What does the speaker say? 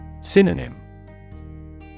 Synonym